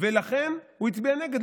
ולכן הוא הצביע נגד.